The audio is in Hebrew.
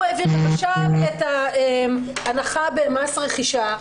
את ההנחה במס רכישה,